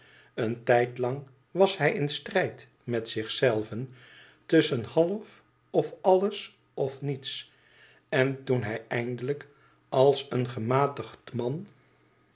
een tijdlang was hij in strijd met zich zei ven tusschen half of alles of niets en toen hij eindelijk als een gematigd man